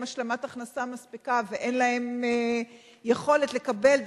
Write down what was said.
השלמת הכנסה מספיקה ואין להם יכולת לקבל,